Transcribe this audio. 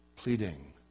pleading